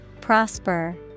Prosper